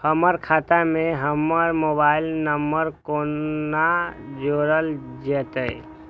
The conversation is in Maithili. हमर खाता मे हमर मोबाइल नम्बर कोना जोरल जेतै?